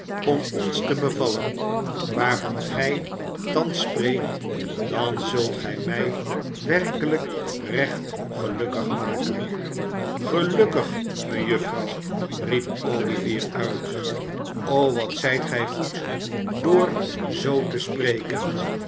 om ons te bevallen waarvan gij thans spreekt dan zult gij mi werkelijk recht gelukkig maken gelukkig mejuffrouw riep oüvier uit o wat rijt gij goed door zoo te spreken